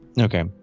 Okay